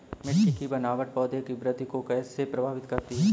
मिट्टी की बनावट पौधों की वृद्धि को कैसे प्रभावित करती है?